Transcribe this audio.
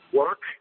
work